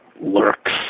lurks